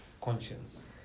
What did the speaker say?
conscience